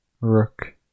Rook